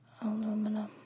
Aluminum